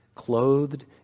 clothed